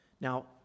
Now